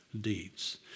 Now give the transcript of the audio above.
deeds